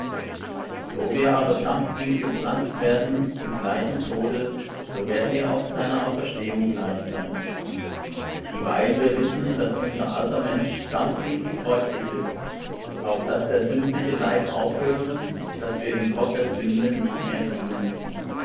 so wir aber samt ihm gepflanzt werden zu gleichem tode so werden wir auch seiner auferstehung gleich sein dieweil wir wissen daß unser alter mensch samt ihm gekreuzigt ist auf daß der sündliche leib aufhöre daß wir hinfort der sünde nicht mehr dienen